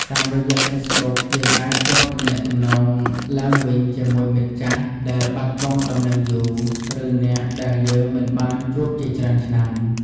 តាមរយៈហ្វេសប៊ុក យើងអាចភ្ជាប់ទំនាក់ទំនងឡើងវិញជាមួយមិត្តចាស់ដែលបាត់បង់ដំណឹងយូរ ឬអ្នកដែលយើងមិនបានជួបជាច្រើនឆ្នាំ។